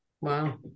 Wow